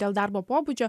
dėl darbo pobūdžio